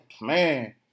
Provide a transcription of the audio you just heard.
Man